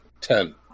ten